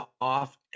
off